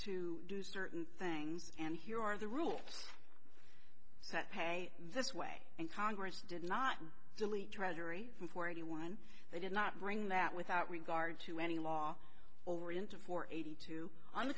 to do certain things and here are the rules said pay this way and congress did not delete treasury from forty one they did not bring that without regard to any law over into four eighty two on the